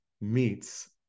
meets